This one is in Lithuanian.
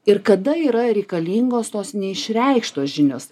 ir kada yra reikalingos tos neišreikštos žinios